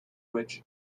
which